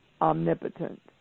omnipotent